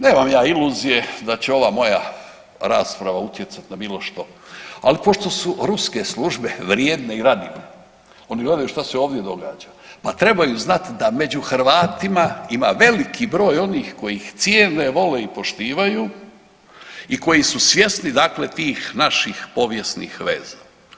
Nemam ja iluzije da će ova moja rasprava utjecati na bilo što, ali pošto su ruske službe vrijedne i radine oni gledaju šta se ovdje događa, pa trebaju znati da među Hrvatima ima veliki broj oni koji ih cijene vole i poštivaju i koji su svjesni dakle tih naših povijesnih veza.